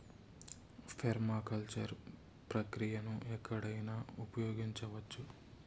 permaculture ప్రక్రియను ఎక్కడైనా ఉపయోగించవచ్చు